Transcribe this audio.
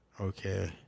Okay